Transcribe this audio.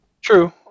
true